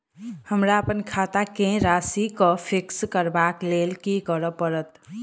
हमरा अप्पन खाता केँ राशि कऽ फिक्स करबाक लेल की करऽ पड़त?